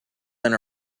been